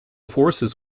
forces